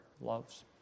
loves